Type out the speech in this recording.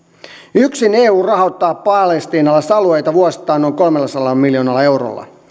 yksin eu rahoittaa palestiinalaisalueita vuosittain noin kolmellasadalla miljoonalla eurolla